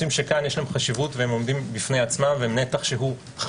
שכאן יש להם חשיבות הם עומדים בפני עצמם והם נתח חיוני,